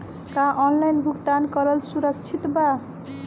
का ऑनलाइन भुगतान करल सुरक्षित बा?